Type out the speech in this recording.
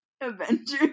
avengers